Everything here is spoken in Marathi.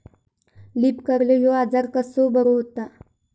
लीफ कर्ल ह्यो आजार कसो बरो व्हता?